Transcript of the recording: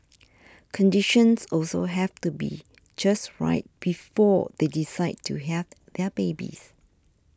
conditions also have to be just right before they decide to have their babies